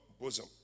bosom